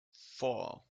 four